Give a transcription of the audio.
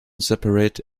separate